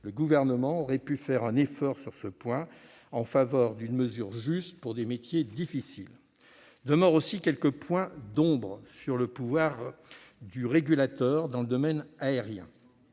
Le Gouvernement aurait pu faire un effort sur ce point et décider de prendre une mesure juste en faveur des métiers difficiles. Demeurent aussi quelques points d'ombre sur les pouvoirs du régulateur dans le domaine aérien.